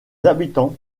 habitants